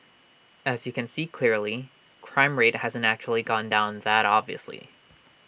as you can see clearly crime rate hasn't actually gone down that obviously